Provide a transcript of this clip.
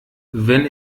wenn